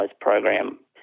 program